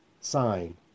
sign